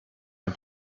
ein